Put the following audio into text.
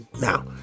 Now